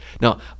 Now